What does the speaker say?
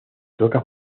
toca